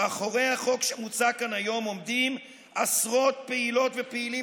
מאחורי החוק שמוצע כאן היום עומדים עשרות פעילות ופעילים,